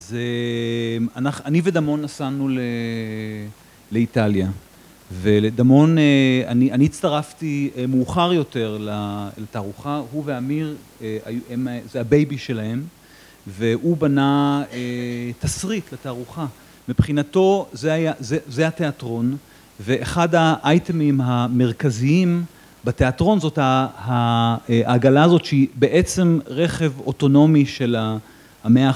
זה... אני ודמון נסענו לאיטליה ולדמון, אני הצטרפתי מאוחר יותר לתערוכה הוא ואמיר, זה הבייבי שלהם והוא בנה תסריט לתערוכה מבחינתו, זה התיאטרון ואחד האייטמים המרכזיים בתיאטרון זאת העלה הזאת שהיא בעצם רכב אוטונומי של המאה ה…